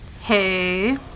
Hey